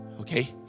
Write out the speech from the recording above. Okay